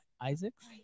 Isaac's